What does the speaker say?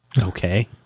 Okay